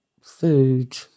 food